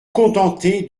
contentez